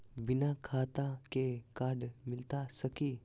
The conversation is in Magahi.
बिना खाता के कार्ड मिलता सकी?